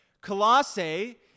Colossae